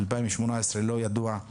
2018 לא ידוע,